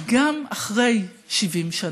גם אחרי 70 שנה.